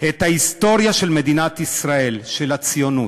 את ההיסטוריה של מדינת ישראל, של הציונות.